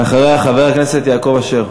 לאחריה, חבר הכנסת יעקב אשר.